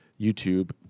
youtube